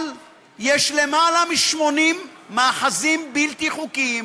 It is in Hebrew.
אבל יש למעלה מ-80 מאחזים בלתי חוקיים